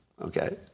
Okay